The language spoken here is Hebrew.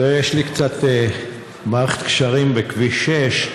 יש לי קצת מערכת קשרים בכביש 6,